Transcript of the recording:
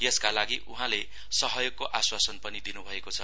यसका लागि उहाँले सहयोगको आश्वासन पनि दिनुभएको छ